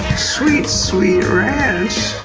sweet, sweet ranch.